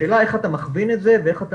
השאלה איך אתה מכווין את זה ואיך אתה